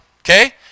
okay